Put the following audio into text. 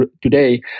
today